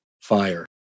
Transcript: fire